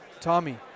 Tommy